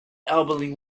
elbowing